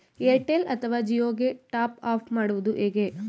Airtel ಅಥವಾ ಜಿಯೊ ಗೆ top up ಮಾಡುವುದು ಹೇಗೆ?